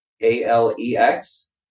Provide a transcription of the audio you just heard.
A-L-E-X